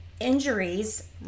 injuries